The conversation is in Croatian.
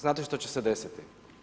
Znate što će se desiti?